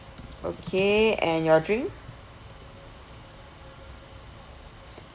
okay and your drink